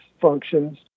functions